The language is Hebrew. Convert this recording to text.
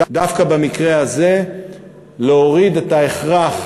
ודווקא במקרה הזה יש להוריד את ההכרח